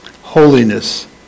holiness